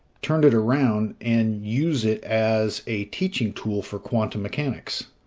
turned it around, and use it as a teaching tool for quantum mechanics.